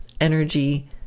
energy